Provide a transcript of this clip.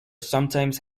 sometimes